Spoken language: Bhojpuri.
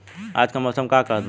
आज क मौसम का कहत बा?